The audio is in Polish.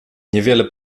niewiele